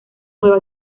nueva